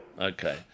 Okay